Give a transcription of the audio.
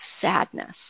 sadness